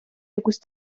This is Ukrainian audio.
якусь